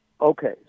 Okay